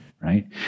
Right